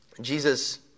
Jesus